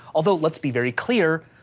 although let's be very clear,